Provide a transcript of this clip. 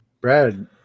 Brad